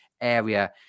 area